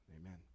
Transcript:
amen